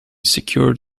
secured